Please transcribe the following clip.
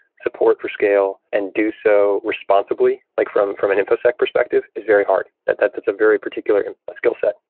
support for scale and do so responsibly like from from an infosec perspective is very hard, that that that's a very particular skillset.